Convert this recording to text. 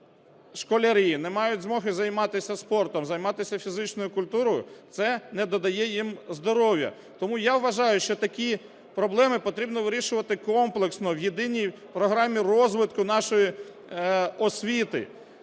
школярі не мають змоги займатися спортом, займатися фізичною культурою, це не додає їм здоров'я. Тому я вважаю, що такі проблеми потрібно вирішувати комплексно, в єдиній програмі розвитку нашої освіти.